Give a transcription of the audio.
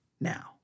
now